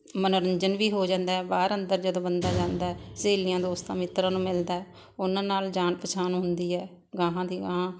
ਮਨੋਰੰਜਨ ਵੀ ਹੋ ਜਾਂਦਾ ਬਾਹਰ ਅੰਦਰ ਜਦੋਂ ਬੰਦਾ ਜਾਂਦਾ ਹੈ ਸਹੇਲੀਆਂ ਦੋਸਤਾਂ ਮਿੱਤਰਾਂ ਨੂੰ ਮਿਲਦਾ ਹੈ ਉਨ੍ਹਾਂ ਨਾਲ ਜਾਣ ਪਛਾਣ ਹੁੰਦੀ ਹੈ ਅਗਾਂਹ ਦੀ ਅਗਾਂਹ